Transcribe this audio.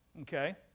Okay